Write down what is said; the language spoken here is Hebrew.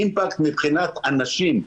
אימפקט מבחינת אנשים,